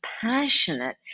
passionate